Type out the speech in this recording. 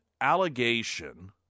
allegation